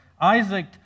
Isaac